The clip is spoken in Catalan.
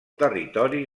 territori